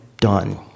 done